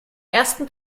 ersten